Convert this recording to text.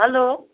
hello